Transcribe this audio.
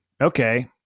okay